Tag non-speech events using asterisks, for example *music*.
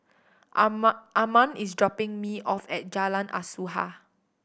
*unintelligible* Armand is dropping me off at Jalan Asuhan